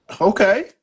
okay